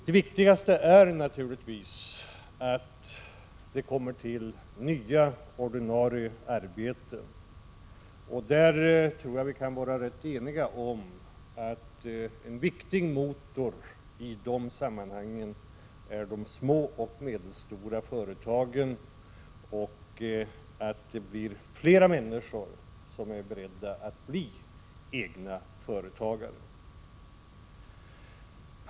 Det viktigaste är naturligtvis att det kommer till nya ordinarie arbeten, och på den punkten tror jag vi kan vara rätt eniga om att en viktig motor i detta sammanhang är de små och medelstora företagen och att fler människor är beredda att bli egna företagare.